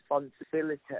responsibility